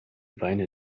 beine